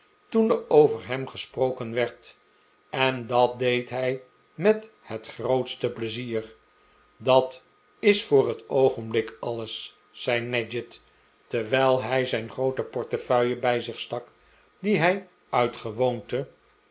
toen er over hem gesproken werd en dat deed hij met het grootste pleizier dat is voor het oogenblik alles zei nadgett terwijl hij zijn groote portefeuille bij zich stak die hij uit gewoonte